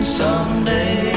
someday